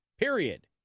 period